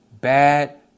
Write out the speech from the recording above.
bad